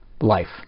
life